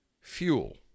fuel